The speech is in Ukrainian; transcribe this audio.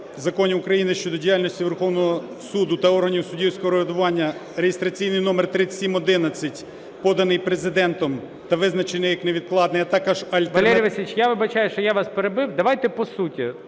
Валерій Васильович, я вибачаюся, що я вас перебив, давайте по суті.